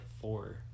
four